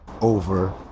over